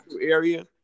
area